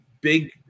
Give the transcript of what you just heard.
big